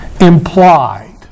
implied